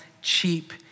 cheap